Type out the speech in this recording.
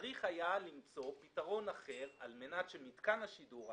צריך היה למצוא פתרון אחר על מנת שמתקן השידור,